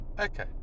Okay